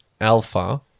alpha